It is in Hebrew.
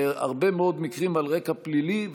בהרבה מאוד מקרים על רקע פלילי,